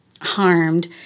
harmed